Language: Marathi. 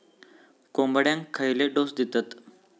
कोंबड्यांक खयले डोस दितत?